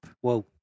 Whoa